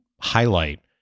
highlight